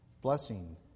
blessing